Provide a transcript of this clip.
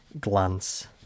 glance